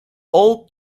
old